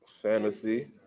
Fantasy